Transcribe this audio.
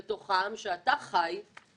ברור, כל מחמאה ממך זה חיסרון עצום מבחינתי.